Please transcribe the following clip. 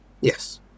Yes